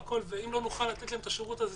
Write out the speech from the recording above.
אם לא נוכל לתת להן את השירות הזה,